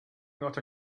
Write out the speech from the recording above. not